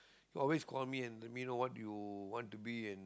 always call me and let me know what you want to be and